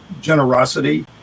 generosity